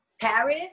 Paris